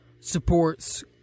Supports